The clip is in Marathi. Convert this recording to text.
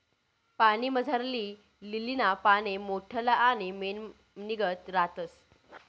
पाणीमझारली लीलीना पाने मोठल्ला आणि मेणनीगत रातस